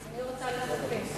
אני רוצה כספים.